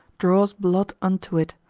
draws blood unto it,